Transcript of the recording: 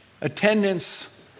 attendance